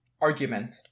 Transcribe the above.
argument